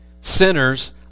Sinners